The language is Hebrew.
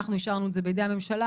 אנחנו השארנו את זה בידי הממשלה,